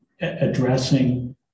addressing